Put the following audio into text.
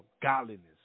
godliness